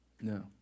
No